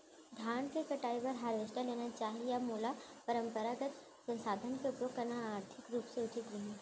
धान के कटाई बर हारवेस्टर लेना चाही या मोला परम्परागत संसाधन के उपयोग करना आर्थिक रूप से उचित रही?